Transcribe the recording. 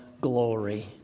glory